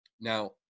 now